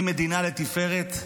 ממדינה לתפארת,